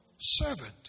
servant